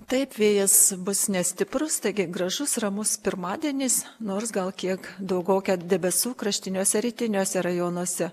taip vėjas bus nestiprus taigi gražus ramus pirmadienis nors gal kiek daugoka debesų kraštiniuose rytiniuose rajonuose